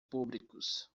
públicos